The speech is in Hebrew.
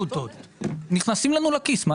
נכנסים לנו לכיס...